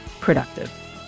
productive